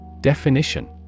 Definition